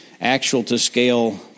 actual-to-scale